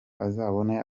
azabone